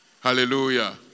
Hallelujah